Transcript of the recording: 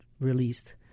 released